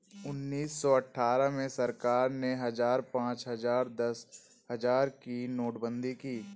उन्नीस सौ अठहत्तर में सरकार ने हजार, पांच हजार, दस हजार की नोटबंदी की